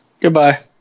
Goodbye